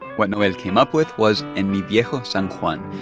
what noel came up with was en mi viejo san juan,